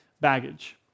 baggage